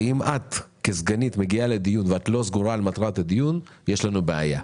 אם את כסגנית מגיעה לדיון ואת לא סגורה על מטרת הדיון יש לנו בעיה.